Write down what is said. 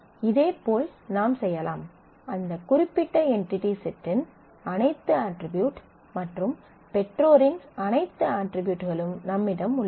இதே போல் நாம் செய்யலாம் அந்த குறிப்பிட்ட என்டிடி செட்டின் அனைத்து அட்ரிபியூட் மற்றும் பெற்றோரின் அனைத்து அட்ரிபியூட்களும் நம்மிடம் உள்ளன